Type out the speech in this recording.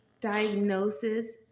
diagnosis